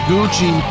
Gucci